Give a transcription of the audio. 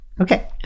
okay